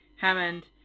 Hammond